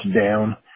down